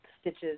stitches